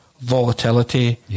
volatility